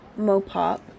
mopop